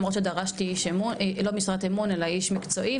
למרות שדרשתי לא משרת אמון אלא איש מקצועי,